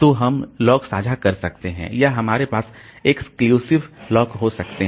तो हम लॉक साझा कर सकते हैं या हमारे पास एक्सक्लूसिव लॉक हो सकते हैं